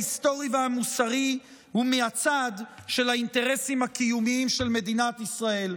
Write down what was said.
ההיסטורי והמוסרי ומהצד של האינטרסים הקיומיים של מדינת ישראל.